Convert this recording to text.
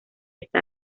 esta